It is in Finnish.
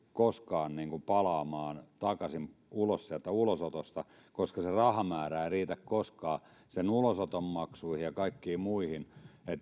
koskaan palaamaan takaisin ulos sieltä ulosotosta koska se rahamäärä ei riitä koskaan sen ulosoton maksuihin ja kaikkiin muihin